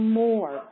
more